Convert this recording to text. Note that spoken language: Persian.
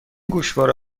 گوشواره